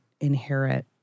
inherit